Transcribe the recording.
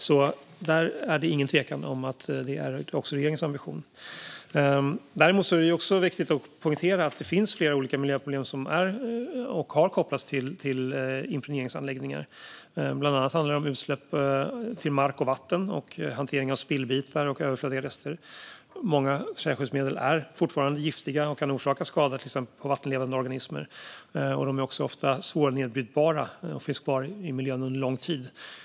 Där är det alltså ingen tvekan om att det också är regeringens ambition. Däremot är det också viktigt att poängtera att det finns flera olika miljöproblem som har kopplats till impregneringsanläggningar. Det handlar bland annat om utsläpp till mark och vatten och om hantering av spillbitar och överflödiga rester. Många träskyddsmedel är fortfarande giftiga och kan orsaka skada till exempel på vattenlevande organismer. De är också ofta svårnedbrytbara och finns kvar i miljön under lång tid.